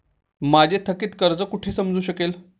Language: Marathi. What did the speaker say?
माझे थकीत कर्ज कुठे समजू शकेल?